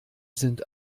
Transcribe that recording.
sind